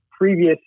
previous